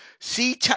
See